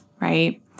right